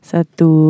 Satu